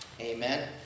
Amen